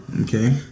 Okay